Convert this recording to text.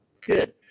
Good